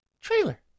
trailer